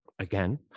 again